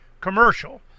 commercial